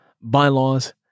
Bylaws